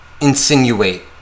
insinuate